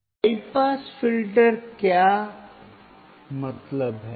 high pass filter का क्या मतलब है